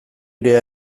ere